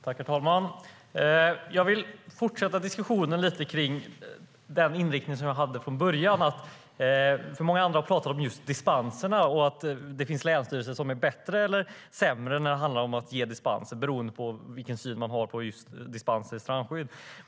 Herr talman! Jag vill fortsätta diskussionen med den inriktning jag hade från början. Många andra har pratat om dispenserna och att det finns länsstyrelser som är bättre eller sämre på att ge dispenser, beroende på vilken syn man har på dispenser i strandskyddet.